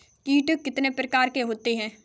कीट कितने प्रकार के होते हैं?